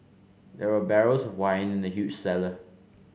there were barrels of wine in the huge cellar